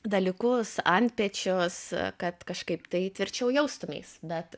dalykus antpečius kad kažkaip tai tvirčiau jaustumeis bet